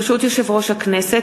ברשות יושב-ראש הכנסת,